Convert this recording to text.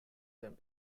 them